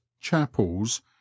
chapels